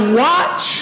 watch